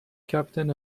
captain